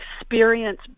experience